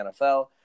NFL